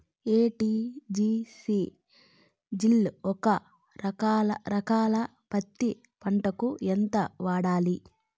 ఎ.టి.జి.సి జిల్ ఒక ఎకరా పత్తి పంటకు ఎంత వాడాలి?